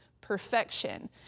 perfection